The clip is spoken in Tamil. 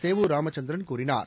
சேவூர் ராமச்சந்திரன் கூறினார்